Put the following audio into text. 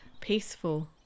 peaceful